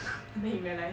then he realise